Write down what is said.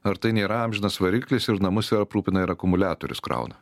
ar tai nėra amžinas variklis ir namus ir aprūpina ir akumuliatorius krauna